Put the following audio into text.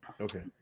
Okay